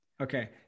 Okay